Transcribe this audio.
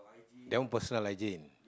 that one personal hygiene